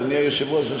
אדוני היושב-ראש,